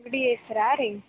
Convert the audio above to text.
ಅಂಗಡಿ ಹೆಸ್ರಾ ರೀ